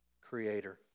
Creator